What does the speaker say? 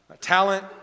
talent